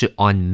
on